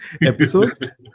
episode